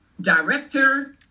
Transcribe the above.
director